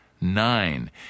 Nine